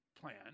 plan